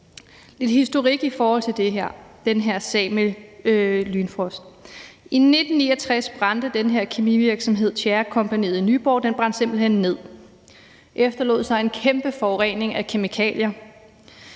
lidt historik i forhold til den her sag med Lynfrosten: I 1969 brændte den her kemivirksomhed, Tjærekompagniet i Nyborg. Den brændte simpelt hen ned og efterlod sig en kæmpe forurening af kemikalier.